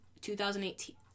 2018